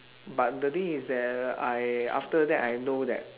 but the thing is that I after that I know that